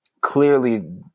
clearly